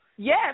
Yes